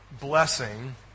blessing